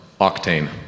octane